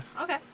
Okay